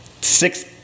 six